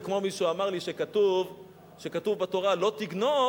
זה כמו שמישהו אמר לי שכתוב בתורה: "לא תגנוב,